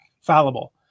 fallible